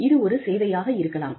இது ஒரு சேவையாக இருக்கலாம்